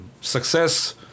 success